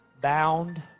bound